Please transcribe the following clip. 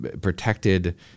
protected